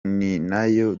ninayo